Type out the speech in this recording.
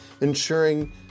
ensuring